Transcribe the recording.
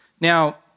Now